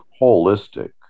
holistic